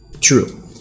true